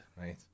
right